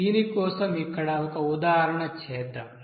దీని కోసం ఇక్కడ ఒక ఉదాహరణ చేద్దాం